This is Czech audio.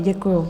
Děkuju.